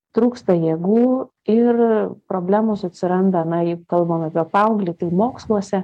trūksta jėgų ir problemos atsiranda na jeigu kalbam apie paauglį tai moksluose